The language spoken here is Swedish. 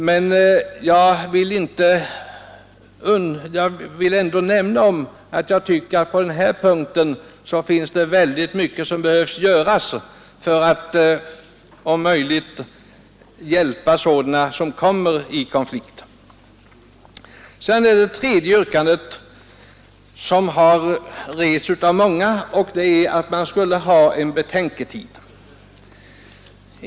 Men jag vill ändå nämna att jag tycker att väldigt mycket behöver göras för att om möjligt hjälpa sådana som kommer i konflikt. Det tredje yrkandet, som har ställts av många, är att det bör vara en betänketid.